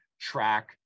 track